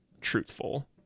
truthful